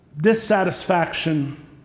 dissatisfaction